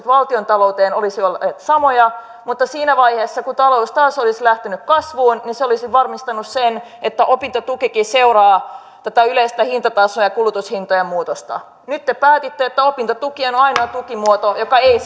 valtiontalouteen olisivat olleet samoja mutta siinä vaiheessa kun talous taas olisi lähtenyt kasvuun se olisi varmistanut sen että opintotukikin seuraa tätä yleistä hintatasoa ja kulutushintojen muutosta nyt te päätitte että opintotuki on ainoa tukimuoto joka ei